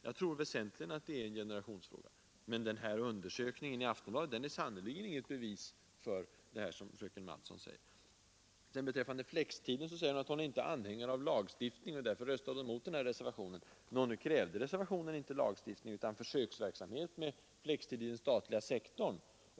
Jag tror alltså att det väsentligen är en generationsfråga, men den undersökning som publiceras i Aftonbladet är sannerligen inget bevis för det som fröken Mattson vill hävda. Beträffande flextiden säger fröken Mattson att hon inte är anhängare av lagstiftning och därför röstade emot den aktuella reservationen. Nå, reservationen krävde inte lagstiftning utan försöksverksamhet med flextid inom den statliga sektorn.